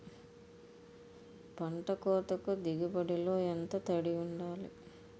పంట కోతకు దిగుబడి లో ఎంత తడి వుండాలి?